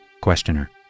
Questioner